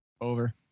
over